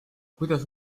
kuidas